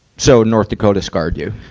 so, north dakota scarred you.